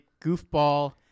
goofball